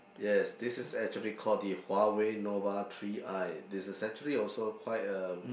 yes this is actually called the Huawei Nova three I this is actually also quite um